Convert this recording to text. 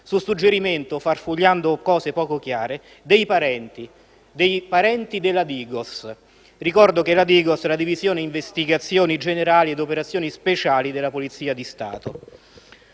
su suggerimento (farfugliando cose poco chiare) dei parenti, della DIGOS (ricordo che la DIGOS è la divisione investigazioni generali e operazioni speciali della Polizia di Stato),